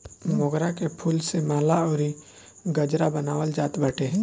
मोगरा के फूल से माला अउरी गजरा बनावल जात बाटे